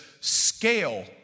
scale